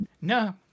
No